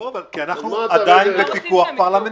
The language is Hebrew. לא, כי אנחנו עדיין בפיקוח פרלמנטרי.